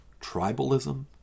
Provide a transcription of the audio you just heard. Tribalism